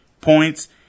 points